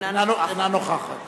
אינה נוכחת